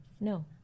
No